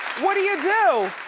what do you do?